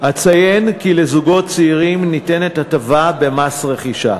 אציין כי לזוגות צעירים ניתנת הטבה במס רכישה